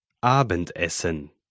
Abendessen